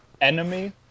enemy